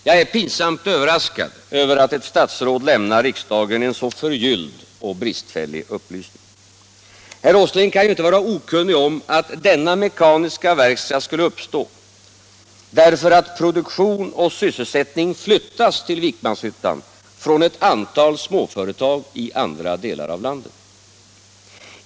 Jag är pinsamt överraskad över att ett statsråd lämnar riksdagen en så förgylld och bristfällig upplysning. Herr Åsling kan ju inte vara okunnig om att denna mekaniska verkstad skulle uppstå genom att produktion och sysselsättning flyttas till Vikmanshyttan från ett antal småföretag i andra delar av landet.